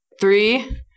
Three